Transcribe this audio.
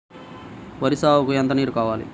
వరి సాగుకు ఎంత నీరు కావాలి?